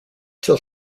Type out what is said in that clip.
till